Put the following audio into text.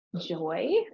Joy